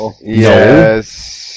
Yes